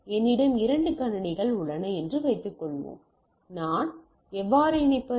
என்னிடம் இரண்டு கணினிகள் உள்ளன என்று வைத்துக்கொள்வேன் நான் எவ்வாறு இணைப்பது